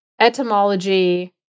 etymology